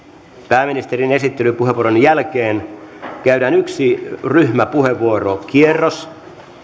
pääministerin esittelypuheenvuoron jälkeen käydään yksi ryhmäpuheenvuorokierros